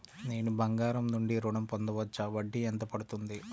నేను బంగారం నుండి ఋణం పొందవచ్చా? వడ్డీ ఎంత పడుతుంది?